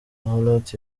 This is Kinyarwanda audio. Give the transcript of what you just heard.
hulot